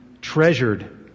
treasured